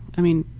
i mean,